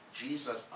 Jesus